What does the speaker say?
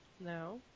No